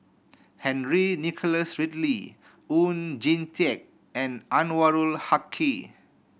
Henry Nicholas Ridley Oon Jin Teik and Anwarul Haque